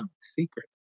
secret